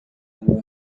água